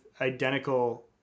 identical